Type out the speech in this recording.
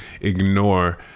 ignore